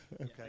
okay